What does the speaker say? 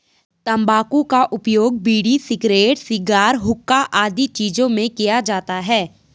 तंबाकू का उपयोग बीड़ी, सिगरेट, शिगार, हुक्का आदि चीजों में किया जाता है